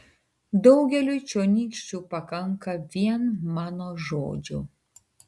daugeliui čionykščių pakanka vien mano žodžio